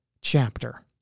chapter